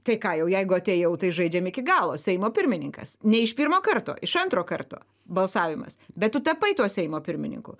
tai ką jau jeigu atėjau tai žaidžiam iki galo seimo pirmininkas ne iš pirmo karto iš antro karto balsavimas bet tu tapai tuo seimo pirmininku